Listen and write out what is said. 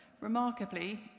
remarkably